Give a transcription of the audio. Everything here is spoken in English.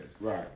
Right